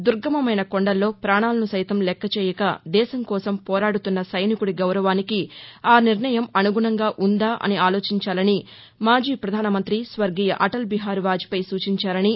దుర్గమమైన కొండల్లో పాణాలను సైతం లెక్క చేయక దేశం కోసం పోరాదుతున్న సైనికుడి గౌరవానికి ఆ నిర్ణయం అనుగుణంగా ఉందా అని ఆలోచించాలని మాజీ ప్రధానమంత్రి స్వర్గీయ అటల్ బిహారీ వాజ్ పేయి సూచించారని